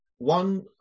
One